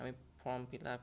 আমি form fill up